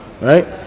Right